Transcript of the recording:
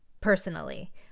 personally